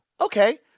Okay